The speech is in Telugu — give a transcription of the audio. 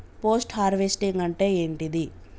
పోస్ట్ హార్వెస్టింగ్ అంటే ఏంటిది?